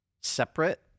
separate